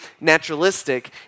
naturalistic